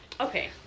okay